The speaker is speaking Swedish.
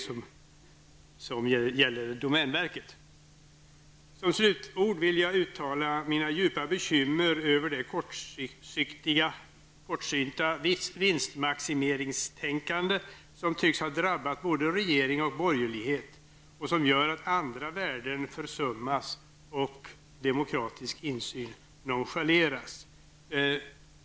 Som slutord vill jag uttala min djupa oro över det kortsynta vinstmaximeringstänkande som tycks ha drabbat både regering och borgerlighet och som gör att andra värden försummas och demokratisk insyn nonchaleras.